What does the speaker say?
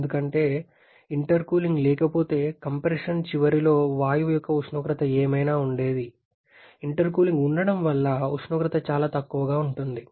ఎందుకంటే ఇంటర్కూలింగ్ లేకపోతే కంప్రెషన్ చివరిలో వాయువు యొక్క ఉష్ణోగ్రత ఏమైనా ఉండేది ఇంటర్కూలింగ్ ఉండటం వల్ల ఉష్ణోగ్రత చాలా తక్కువగా ఉంటుంది